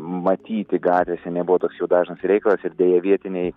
matyti gatvėse nebuvo toks jau dažnas reikalas ir deja vietiniai